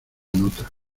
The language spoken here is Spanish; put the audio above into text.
nota